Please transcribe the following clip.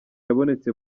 yabonetse